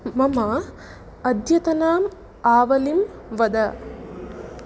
मम अद्यतनम् आवलिं वद